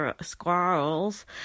squirrels